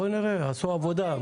בואי נראה, עשו עבודה.